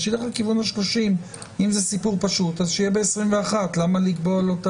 שילך לכיוון 30. אם זה סיפור פשוט שיהיה 21. למה לקבוע לו?